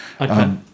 okay